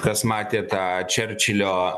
kas matė tą čerčilio